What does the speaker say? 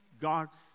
God's